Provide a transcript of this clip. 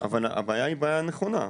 הבעיה היא בעיה נכונה.